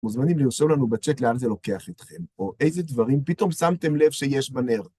מוזמנים לרשום לנו בצ'אט לאן זה לוקח אתכם, או איזה דברים פתאום שמתם לב שיש בנרד.